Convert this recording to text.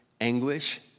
anguish